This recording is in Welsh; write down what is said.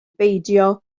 beidio